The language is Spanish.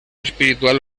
espiritual